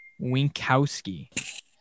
Winkowski